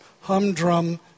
humdrum